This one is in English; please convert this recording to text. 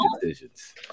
decisions